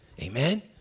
Amen